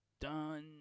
done